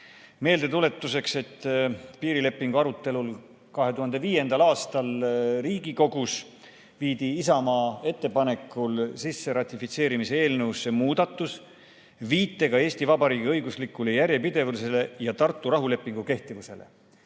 Meeldetuletuseks, et piirilepingu arutelul 2005. aastal Riigikogus viidi Isamaa ettepanekul ratifitseerimise eelnõusse sisse muudatus viitega Eesti Vabariigi õiguslikule järjepidevusele ja Tartu rahulepingu kehtivusele.